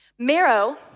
Marrow